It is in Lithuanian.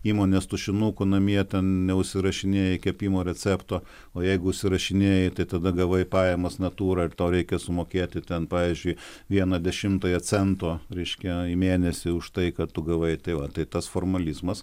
įmonės tušinuku namie ten neužsirašinėji kepimo recepto o jeigu užsirašinėji tai tada gavai pajamas natūra ir tau reikia sumokėti ten pavyzdžiui vieną dešimtąją cento raiškia į mėnesį už tai kad tu gavai tai va tai tas formalizmas